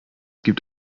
gibt